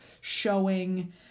showing